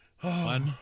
One